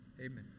Amen